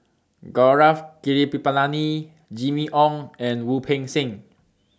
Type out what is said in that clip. Gaurav Kripalani Jimmy Ong and Wu Peng Seng